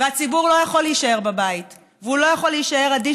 והציבור לא יכול להישאר בבית והוא לא יכול להישאר אדיש,